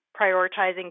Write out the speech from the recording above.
prioritizing